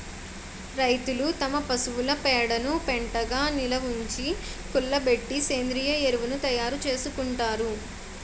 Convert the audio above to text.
రైతులు తమ పశువుల పేడను పెంటగా నిలవుంచి, కుళ్ళబెట్టి సేంద్రీయ ఎరువును తయారు చేసుకుంటారు